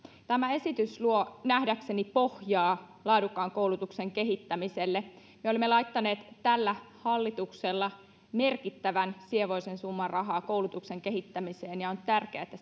tämä esitys luo nähdäkseni pohjaa laadukkaan koulutuksen kehittämiselle me olemme laittaneet tällä hallituksella merkittävän sievoisen summan rahaa koulutuksen kehittämiseen ja on tärkeää että